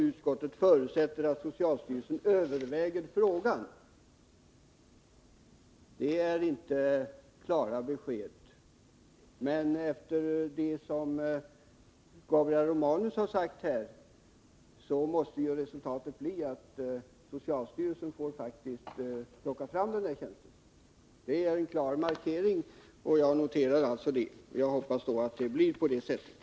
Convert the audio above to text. Utskottet förutsätter att socialstyrelsen överväger frågan.” Det är inte klara besked, men efter det som Gabriel Romanus har sagt här måste ju resultatet bli att socialstyrelsen faktiskt får plocka fram den där tjänsten. Det är en tydlig markering. Jag noterar det och hoppas att det blir på det sättet.